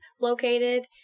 located